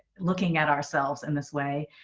looking at ourselves in this way.